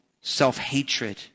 self-hatred